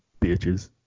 bitches